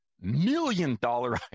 million-dollar